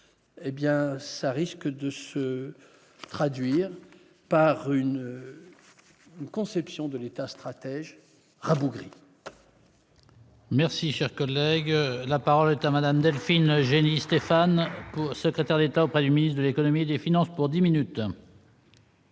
hé bien ça risque de se traduire par une conception de l'État stratège rabougri. Merci, cher collègue, la parole est à madame Delphine Gény-Stéphann, secrétaire d'État auprès du ministre de l'Économie et des Finances pour 10 minutes.